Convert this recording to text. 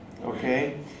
okay